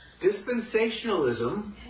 dispensationalism